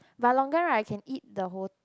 but longan right I can eat the whole